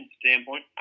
standpoint